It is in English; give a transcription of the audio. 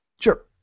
Sure